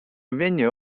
venue